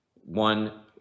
one